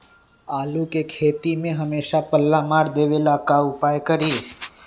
आलू के खेती में हमेसा पल्ला मार देवे ला का उपाय करी?